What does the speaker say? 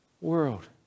world